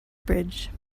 bridge